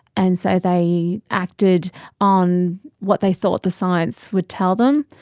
and so they acted on what they thought the science would tell them,